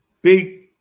big